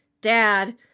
dad